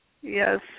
Yes